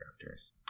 Characters